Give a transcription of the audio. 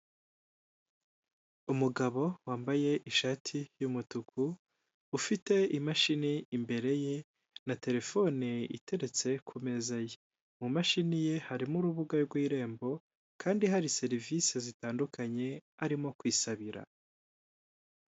Umugabo wambaye ishati y'umutuku, ufite imashini imbere ye na telefone iteretse ku meza ye, mu mumashini ye harimo urubuga rw' irembo kandi hari serivisi zitandukanye arimo kwisabira.